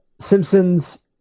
Simpsons